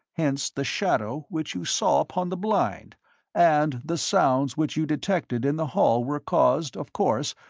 hence the shadow which you saw upon the blind and the sounds which you detected in the hall were caused, of course,